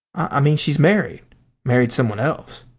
i mean she's married married someone else.